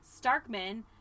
Starkman